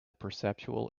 perceptual